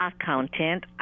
accountant